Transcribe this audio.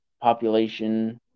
population